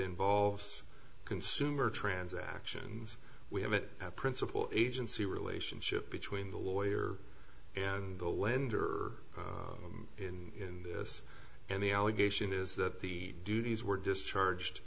involves consumer transactions we have a principal agency relationship between the lawyer and the lender in this and the allegation is that the duties were discharged